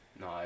no